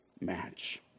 match